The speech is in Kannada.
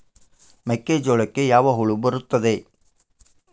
ಮೆಕ್ಕೆಜೋಳಕ್ಕೆ ಯಾವ ಹುಳ ಬರುತ್ತದೆ?